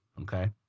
okay